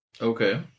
Okay